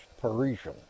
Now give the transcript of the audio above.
Parisian